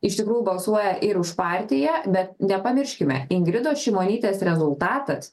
iš tikrųjų balsuoja ir už partiją bet nepamirškime ingridos šimonytės rezultatas